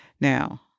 Now